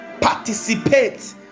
participate